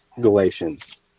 galatians